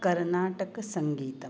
कर्नाटकसङ्गीतम्